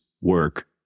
work